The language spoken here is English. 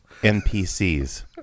npcs